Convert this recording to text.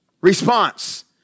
response